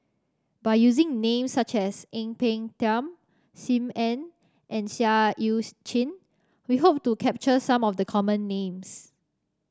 by using names such as Ang Peng Tiam Sim Ann and Seah Eu Chin we hope to capture some of the common names